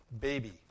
baby